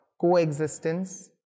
coexistence